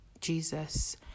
Jesus